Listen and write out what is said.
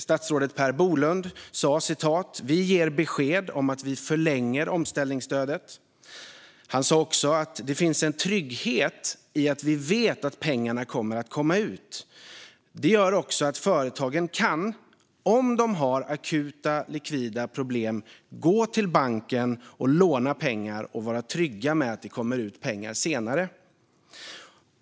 Statsrådet Per Bolund sa: Vi ger besked om att vi förlänger omställningsstödet. Han så också: Det finns en trygghet i att vi vet att pengarna kommer att komma ut. Det gör också att företagen kan, om de har akuta likvida problem, gå till banken och låna pengar och vara trygga med att det kommer ut pengar senare.